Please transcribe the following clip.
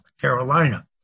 Carolina